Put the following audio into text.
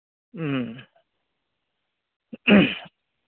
ꯎꯝ